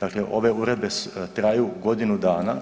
Dakle, ove uredbe traju godinu dana,